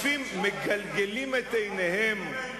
הגדולה כשמדברים בעניין מפלגת העבודה,